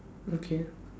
okay